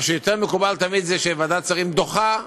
מה שיותר מקובל תמיד זה שוועדת שרים דוחה.